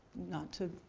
not to